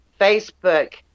Facebook